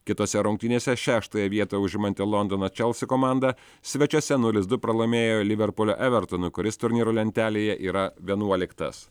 kitose rungtynėse šeštąją vietą užimanti londono čelsi komanda svečiuose nulis du pralaimėjo liverpulio evertonui kuris turnyro lentelėje yra vienuoliktas